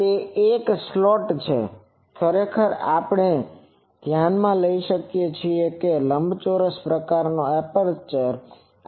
તે એક સ્લોટ છે ખરેખર આપણે ધ્યાનમાં લઈ શકીએ છીએ કે આ લંબચોરસ પ્રકારનો એપર્ચર છે